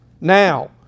now